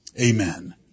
Amen